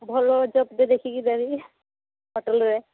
ଭଲ ସେପଟେ ଦେଖିକି ହୋଟେଲରେ